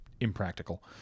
impractical